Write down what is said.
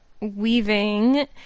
weaving